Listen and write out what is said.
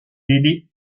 délais